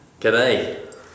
G'day